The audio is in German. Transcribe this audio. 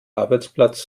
arbeitsplatz